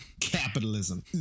Capitalism